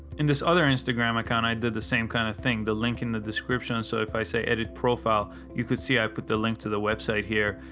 in this other instagram account i did the same kind of thing. the link in the description, and so if i say edit profile, you could see i put the link to the website here.